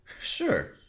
Sure